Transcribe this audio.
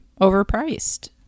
overpriced